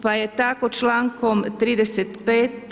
Pa je tako člankom 35.